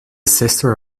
sister